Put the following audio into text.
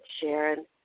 Sharon